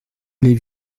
les